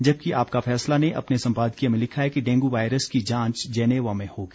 जबकि आपका फैसला ने अपने संपादकीय में लिखा है कि डेंगू वायरस की जांच जेनेवा में होगी